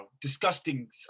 disgusting